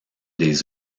des